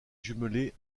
jumelée